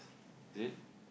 is it